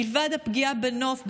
מלבד הפגיעה בנוף,